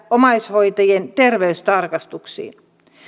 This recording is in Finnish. omaishoitajien terveystarkastuksiin